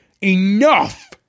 Enough